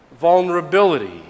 Vulnerability